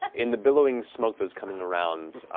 but in the billowing smoke that's coming around,